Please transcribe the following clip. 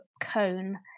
cone